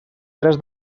tres